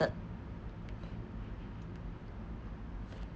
third